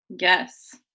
Yes